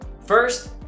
First